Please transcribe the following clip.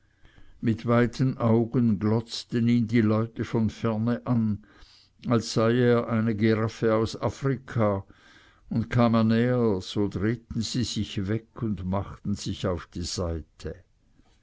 mit weiten augen glotzten ihn die leute von ferne an als sei er eine giraffe aus afrika und kam er näher so drehten sie sich weg und machten sich auf die seite